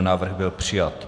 Návrh byl přijat.